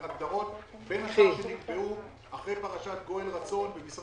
אחרי פרשת גואל רצון נקבע